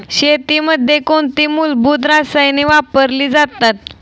शेतीमध्ये कोणती मूलभूत रसायने वापरली जातात?